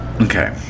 Okay